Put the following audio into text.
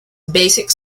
basic